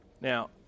Now